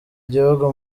igihugu